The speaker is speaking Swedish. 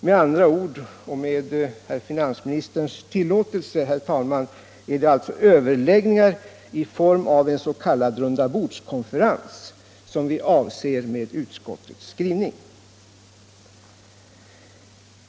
Med andra ord, och med herr finansministerns tillåtelse, herr talman, är det alltså överläggningar i form av s.k. rundabordskonferenser som utskottet avser med sin skrivning.